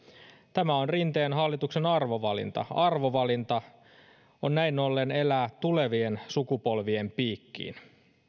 tämä on rinteen hallituksen arvovalinta arvovalinta on näin ollen elää tulevien sukupolvien piikkiin